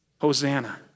Hosanna